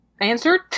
answered